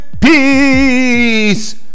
peace